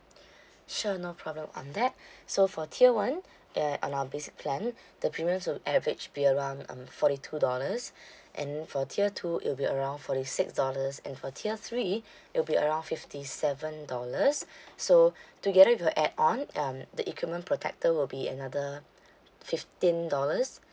sure no problem on that so for tier one err our basic plan the premiums will average be around um forty two dollars and for tier two it will be around forty six dollars and for tier three it'll be around fifty seven dollars so together if you add-on um the equipment protector will be another fifteen dollars